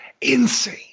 insane